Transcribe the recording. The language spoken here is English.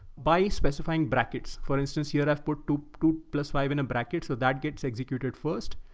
by specifying brackets. for instance, your i've put two two plus five in a bracket. so that gets executed first,